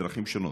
בדרכים שונות,